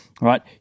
right